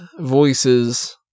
voices